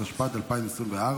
התשפ"ד 2024,